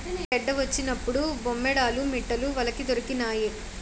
గెడ్డ వచ్చినప్పుడు బొమ్మేడాలు మిట్టలు వలకి దొరికినాయి